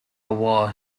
war